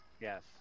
yes